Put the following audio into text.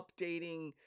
updating